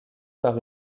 par